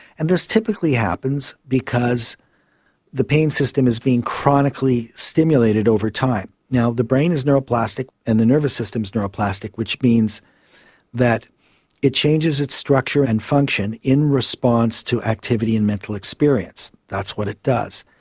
and this typically happens because the pain system is being chronically stimulated over time. now, the brain is neuroplastic and the nervous system is neuroplastic, which means that it changes its structure and function in response to activity and mental experience, that's what it does.